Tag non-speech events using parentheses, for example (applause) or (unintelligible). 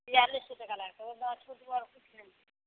बियालिस सए टका लागतै (unintelligible)